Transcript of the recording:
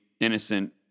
innocent